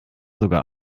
sogar